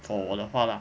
for 我的话 lah